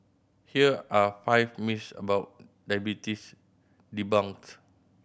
here are five myths about diabetes debunked